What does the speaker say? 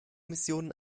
missionen